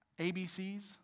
ABCs